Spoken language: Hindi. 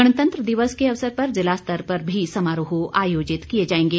गणतंत्र दिवस के अवसर पर जिला स्तर पर समारोह आयोजित किए जाएंगे